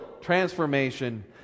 transformation